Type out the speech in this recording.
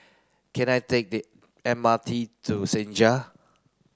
can I take the M R T to Senja